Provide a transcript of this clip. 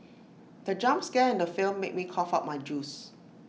the jump scare in the film made me cough out my juice